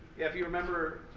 if you remember,